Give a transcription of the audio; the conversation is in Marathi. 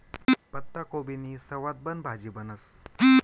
पत्ताकोबीनी सवादबन भाजी बनस